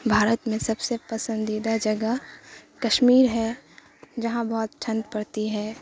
بھارت میں سب سے پسندیدہ جگہ کشمیر ہے جہاں بہت ٹھنڈ پڑتی ہے